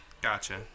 Gotcha